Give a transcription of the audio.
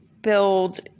build